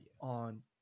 on